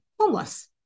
homeless